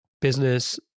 business